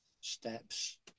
steps